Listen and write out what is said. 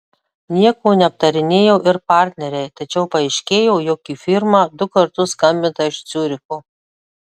nieko neaptarinėjo ir partneriai tačiau paaiškėjo jog į firmą du kartus skambinta iš ciuricho